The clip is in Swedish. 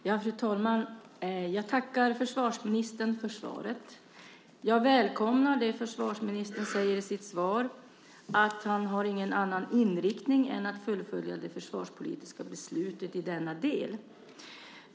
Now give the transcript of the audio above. Fru talman! Jag tackar försvarsministern för svaret. Jag välkomnar det försvarsministern säger i sitt svar att han "inte har någon annan inriktning än att fullfölja det försvarspolitiska beslutet i denna del".